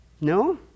No